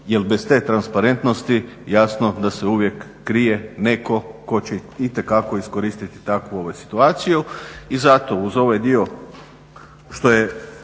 jer bez te transparentnosti jasno da se uvijek krije netko tko će itekako iskoristiti takvu situaciju.